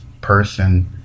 person